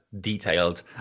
detailed